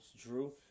Drew